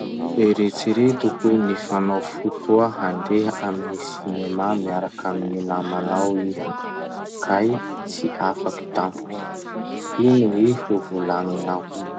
Eritsereto hoe nifanao fotoa handeha amy gny sinema niaraky amy gny namanao iha, kay tsy afaky tampoky. Ino gny hovolagninao?